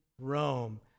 Rome